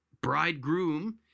bridegroom